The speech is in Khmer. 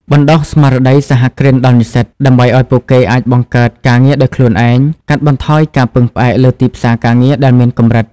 បណ្តុះស្មារតីសហគ្រិនដល់និស្សិត ដើម្បីឱ្យពួកគេអាចបង្កើតការងារដោយខ្លួនឯង កាត់បន្ថយការពឹងផ្អែកលើទីផ្សារការងារដែលមានកម្រិត។